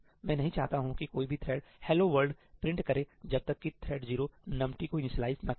मैं नहीं चाहता हूं कि कोई भी थ्रेड ' हेलो वर्ल्ड ' प्रिंट करें जब तक की थ्रेड 0 numt को इनिशियलाइज़ ना कर दे